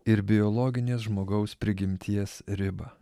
ir biologinės žmogaus prigimties ribą